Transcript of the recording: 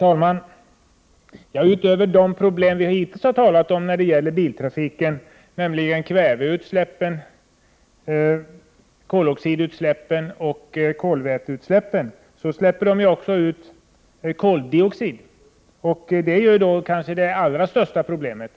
Herr talman! Utöver de problem som vi hittills har talat om när det gäller biltrafiken, nämligen kväveutsläppen, koloxidutsläppen och kolväteutsläppen, har vi också koldioxidutsläppen, som kanske är det allra största problemet.